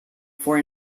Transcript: for